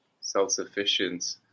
Self-sufficiency